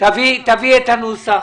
תביא את הנוסח.